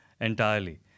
entirely